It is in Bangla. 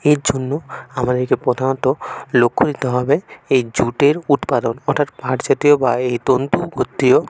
এর জন্য আমাদেরকে প্রধানত লক্ষ্য দিতে হবে এই জুটের উৎপাদন গোটা পাট জাতীয় বা এই তন্তু গোত্রীয়